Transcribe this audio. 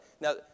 Now